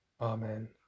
Amen